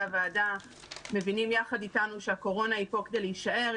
הוועדה מבינים יחד איתנו שהקורונה היא פה כדי להישאר,